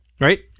right